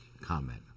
comment